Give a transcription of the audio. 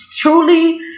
truly